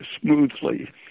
smoothly